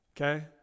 Okay